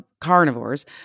Carnivores